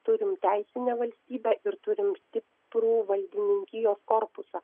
turim teisinę valstybę ir turim stiprų valdininkijos korpusą